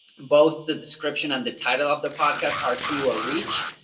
both the description and the title of the podcast are keyword rich,